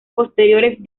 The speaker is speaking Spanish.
posteriores